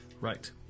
Right